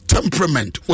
Temperament